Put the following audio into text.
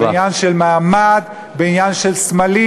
בעניין של מעמד, בעניין של סמלים.